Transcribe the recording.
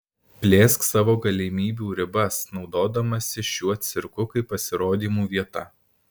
plėsk savo galimybių ribas naudodamasi šiuo cirku kaip pasirodymų vieta